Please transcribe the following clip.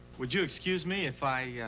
would you excuse me if ah yeah